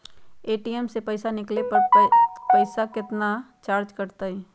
ATM से पईसा निकाले पर पईसा केतना चार्ज कटतई?